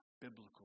biblical